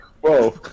Whoa